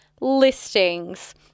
listings